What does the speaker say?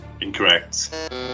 Incorrect